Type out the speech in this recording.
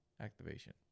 activation